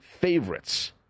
favorites